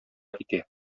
китә